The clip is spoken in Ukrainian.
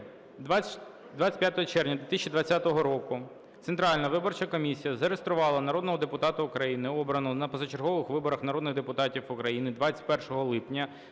25 червня 2020 року Центральна виборча комісія зареєструвала народного депутата України, обраного на позачергових виборах народних депутатів України 21 липня